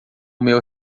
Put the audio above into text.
meu